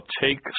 take